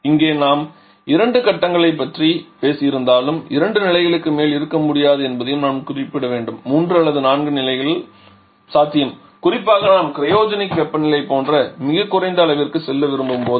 இங்கே நாம் இரண்டு கட்டங்களைப் பற்றி பேசியிருந்தாலும் இரண்டு நிலைகளுக்கு மேல் இருக்க முடியும் என்பதையும் நான் குறிப்பிட வேண்டும் மூன்று அல்லது நான்கு நிலைகளும் மிகவும் சாத்தியம் குறிப்பாக நாம் கிரையோஜெனிக் வெப்பநிலை போன்ற மிகக் குறைந்த அளவிற்கு செல்ல விரும்பும்போது